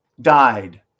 died